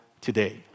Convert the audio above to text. today